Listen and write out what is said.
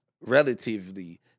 relatively